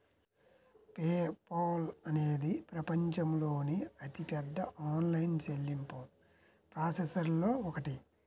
pay Paul అనేది ప్రపంచంలోని అతిపెద్ద ఆన్లైన్ చెల్లింపు ప్రాసెసర్లలో ఒకటి